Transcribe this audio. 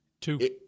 Two